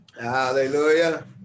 Hallelujah